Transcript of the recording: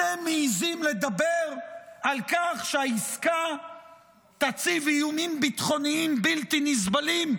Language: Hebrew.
אתם מעיזים לדבר על כך שהעסקה תציב איומים ביטחוניים בלתי נסבלים?